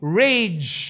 rage